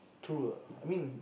true lah I mean